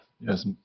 Yes